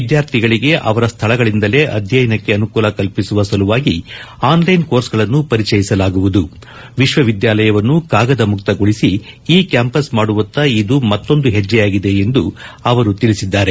ವಿದ್ಯಾರ್ಥಿಗಳಿಗೆ ಅವರ ಸ್ಥಳಗಳಿಂದಲೇ ಅಧ್ಯಯನಕ್ಕೆ ಅನುಕೂಲ ಕಲ್ಪಿಸುವ ಸಲುವಾಗಿ ಆನ್ಲೈನ್ ಕೋರ್ಸ್ಗಳನ್ನು ಪರಿಚಯಿಸಲಾಗುವುದು ವಿಶ್ವವಿದ್ಯಾಲಯವನ್ನು ಕಾಗದ ಮುಕ್ತಗೊಳಿಸಿ ಇ ಕ್ಯಾಂಪಸ್ ಮಾದುವತ್ತ ಇದು ಮತ್ತೊಂದು ಹೆಜ್ಜೆಯಾಗಿದೆ ಎಂದು ಅವರು ಹೇಳಿದ್ದಾರೆ